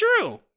true